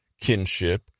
kinship